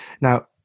Now